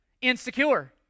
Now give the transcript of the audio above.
Insecure